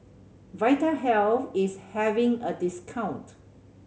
Vitahealth is having a discount